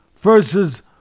versus